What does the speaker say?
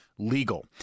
legal